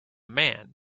man